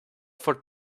for